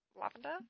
Lavender